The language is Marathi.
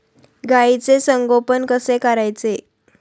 गाईचे संगोपन कसे करायचे?